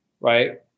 Right